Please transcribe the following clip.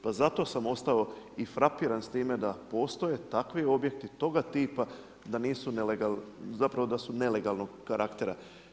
Pa zato sam ostao i frapiran s time da postoje takvi objekti toga tipa da nisu, zapravo da su nelegalnog karaktera.